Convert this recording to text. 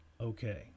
okay